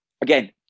again